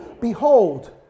Behold